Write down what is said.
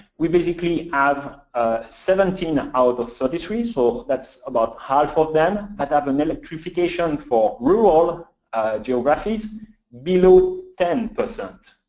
we basically have seventeen out of of thirty three, so that's about half of them have have an electrification for rural geographies below ten percent.